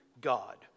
God